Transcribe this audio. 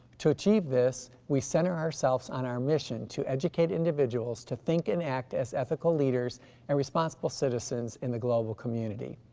to achieve this, we center ourselves on our mission to educate individuals to think and act as ethical leaders and responsible citizens in the global community.